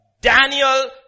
Daniel